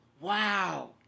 Wow